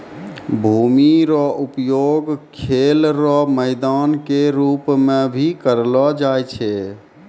भूमि रो उपयोग खेल रो मैदान के रूप मे भी करलो जाय छै